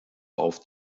auf